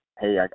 hey